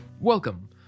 welcome